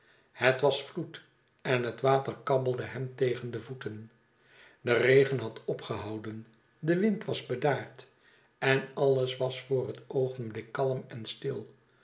het was vloed en het water enkabbeldehem tegen de voeten de regen had opgehouden de wind was bedaard en alles was voor het oogenblik kalrn en stil